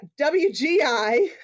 WGI